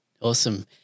Awesome